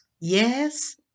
Yes